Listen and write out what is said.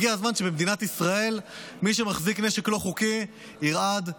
הגיע הזמן שבמדינת ישראל מי שמחזיק נשק לא חוקי ירעד,